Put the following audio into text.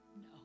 no